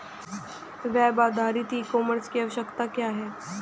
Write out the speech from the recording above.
Web आधारित e commerce की आवश्यकता क्या है?